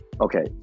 Okay